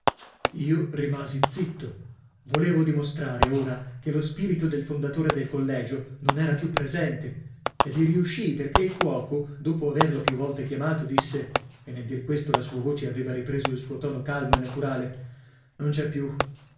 io rimasi zitto volevo dimostrare ora che lo spirito del fondatore del collegio non era più presente e vi riuscii perché il cuoco dopo averlo più volte chiamato disse e nel dir questo la sua voce aveva ripreso il suo tono calmo e naturale non c'è più